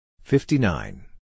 Fifty-nine